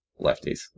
lefties